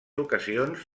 ocasions